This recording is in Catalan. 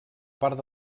part